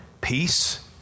peace